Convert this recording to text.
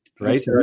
right